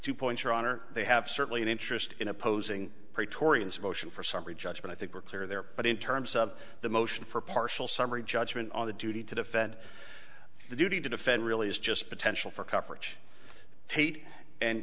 to point your honor they have certainly an interest in opposing pretorius motion for summary judgment i think we're clear there but in terms of the motion for partial summary judgment on the duty to defend the duty to defend really is just potential for coverage tate and